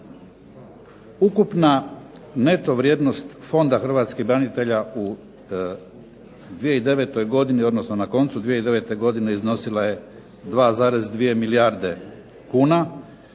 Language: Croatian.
Ukupna neto vrijednost Fonda hrvatskih branitelja u 2009. odnosno na koncu 2009. godine iznosila je 2,2 milijarde kuna,